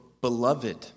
beloved